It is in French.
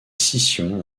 scission